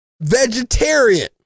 vegetarian